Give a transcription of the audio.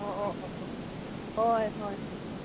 ꯑꯣ ꯑꯣ ꯑꯣ ꯑꯣ ꯍꯣꯏ ꯍꯣꯏ